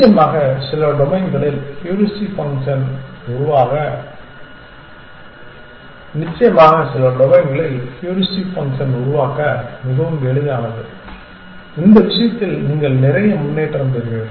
நிச்சயமாக சில டொமைன்களில் ஹூரிஸ்டிக் ஃபங்க்ஷன் உருவாக்க மிகவும் எளிதானது இந்த விஷயத்தில் நீங்கள் நிறைய முன்னேற்றம் பெறுவீர்கள்